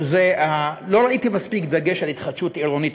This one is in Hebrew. לא ראיתי מספיק דגש על התחדשות עירונית.